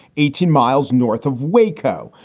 eighteen miles north of waco,